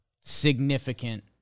significant